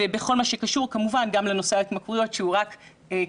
וכל מה שקשור כמובן גם לנושא ההתמכרויות שקשור